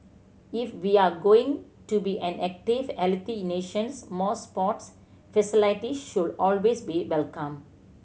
if we're going to be an active healthy nation more sports facilities should always be welcome